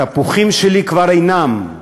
התפוחים שלי כבר אינם,